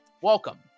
Welcome